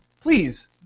please